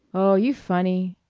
oh, you funny